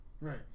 Right